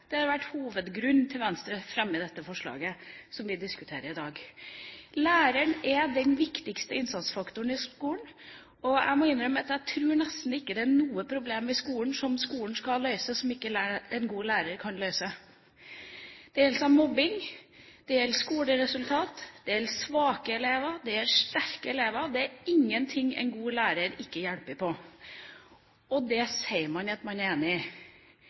Det er hovedgrunnen til at Venstre fremmer dette forslaget som vi diskuterer i dag. Læreren er den viktigste innsatsfaktoren i skolen. Og jeg må innrømme at jeg tror nesten ikke det er noe problem som skolen skal løse, som ikke en god lærer kan løse. Det gjelder mobbing, det gjelder skoleresultater, det gjelder svake elever og sterke elever – det er ingenting en god lærer ikke kan hjelpe med. Og det sier man at man er enig